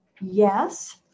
Yes